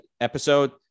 episode